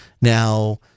Now